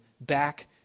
back